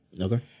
Okay